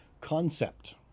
concept